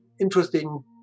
interesting